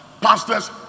pastors